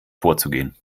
vorzugehen